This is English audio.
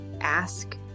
ask